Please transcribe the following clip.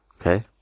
Okay